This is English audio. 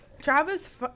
Travis